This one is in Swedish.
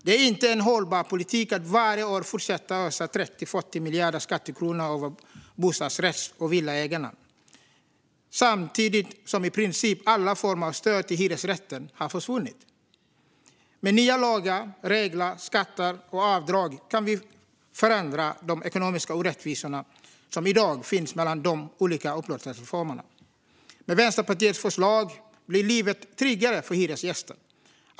Det är inte en hållbar politik att fortsätta ösa 30-40 miljarder skattekronor varje år över bostadsrätts och villaägarna samtidigt som i princip alla former av stöd till hyresrätten har försvunnit. Med nya lagar, regler, skatter och avdrag kan vi förändra de ekonomiska orättvisor som i dag finns mellan de olika upplåtelseformerna. Med Vänsterpartiets förslag blir livet tryggare för hyresgäster.